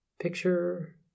Picture